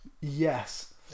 yes